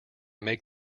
make